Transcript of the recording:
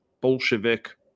Bolshevik